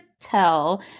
tell